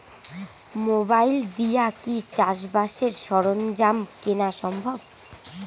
Mobile দিয়া কি চাষবাসের সরঞ্জাম কিনা সম্ভব?